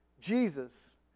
Jesus